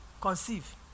conceive